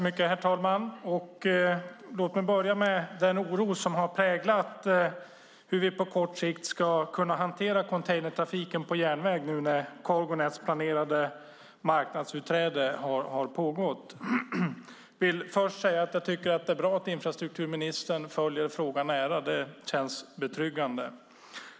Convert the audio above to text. Herr talman! Låt mig börja med den oro som har präglat frågan hur vi på kort sikt ska kunna hantera containertrafiken på järnväg nu när Cargo Nets planerade marknadsutträde har pågått. Jag vill först säga att jag tycker att det är bra att infrastrukturministern följer frågan nära. Det känns betryggande.